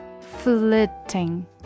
flitting